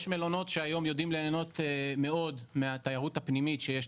יש מלונות שהיום יודעים ליהנות מאד מהתיירות הפנימית שיש,